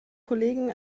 kollegen